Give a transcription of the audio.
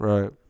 Right